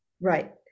Right